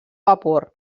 vapor